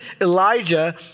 Elijah